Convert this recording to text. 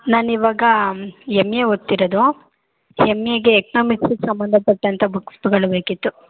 ನಾನು ಇವಾಗ M A ಓದ್ತಿರದು ಎಮ್ ಎಗೆ ಎಕ್ನೋಮಿಕ್ಸಿಗೆ ಸಂಬಂಧಪಟ್ಟಂಥ ಬುಕ್ಸ್ ತೊಗೊಳ್ಬೇಕಿತ್ತು